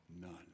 none